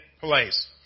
place